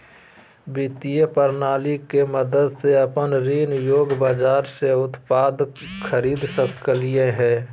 वित्त प्रणाली के मदद से अपन ऋण योग्य बाजार से उत्पाद खरीद सकेय हइ